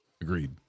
Agreed